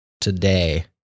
today